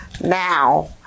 now